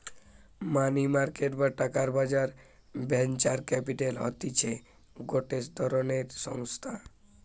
মানি market বা টাকার বাজার ভেঞ্চার ক্যাপিটাল হতিছে গটে ধরণের সংস্থা